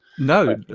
no